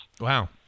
Wow